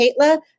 Kaitla